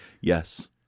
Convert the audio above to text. Yes